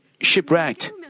shipwrecked